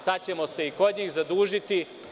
Sad ćemo se i kod njih zadužiti.